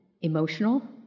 emotional